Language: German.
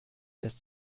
lässt